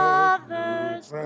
other's